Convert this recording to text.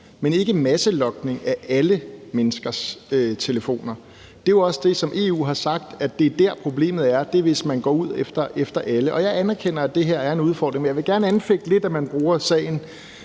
men ikke masselogning af alle menneskers telefoner. Det er jo også det, som EU har sagt, altså at det er der, problemet er. Det er, hvis man går efter alle. Jeg anerkender, at det her er en udfordring, men jeg vil gerne anfægte lidt, at man bruger sagen,